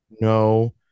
No